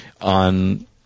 on